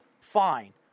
Fine